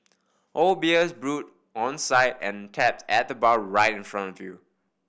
all beers brewed on site and tapped at the bar right in front of you